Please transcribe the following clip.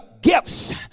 gifts